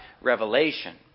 revelation